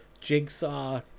Jigsaw